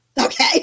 Okay